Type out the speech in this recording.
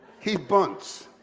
he bunts.